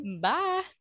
Bye